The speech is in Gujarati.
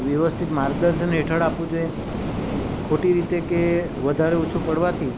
વ્યવસ્થિત માર્ગદર્શન હેઠળ આપું જોઈએ ખોટી રીતે કે વધારે ઓછું પડવાથી